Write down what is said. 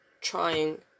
trying